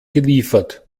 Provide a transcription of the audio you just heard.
geliefert